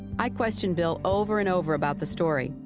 i questioned bill over and over about the story.